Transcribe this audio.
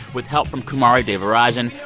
with help from kumari devarajan.